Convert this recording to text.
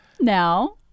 now